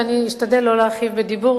ואני אשתדל שלא להרחיב בדיבור,